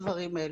בדברים האלה.